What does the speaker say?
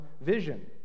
vision